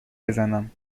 بزنم